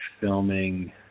filming